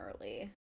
early